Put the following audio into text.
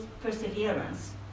perseverance